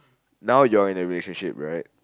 now you're in a relationship right